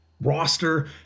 roster